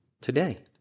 Today